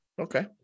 Okay